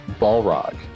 Balrog